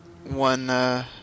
One